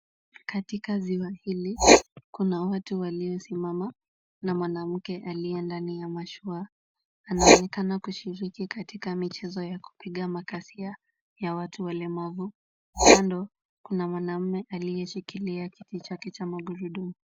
Katika ziwa hili kuna watu waliosimama . Kuna mwanamke aliye ndani ya mashua anaonekana kushiriki katika michezo ya kupiga makasia ya watu walemavu. Kando kuna mwanamume aliyeshikilia kiti chake cha magurudumu.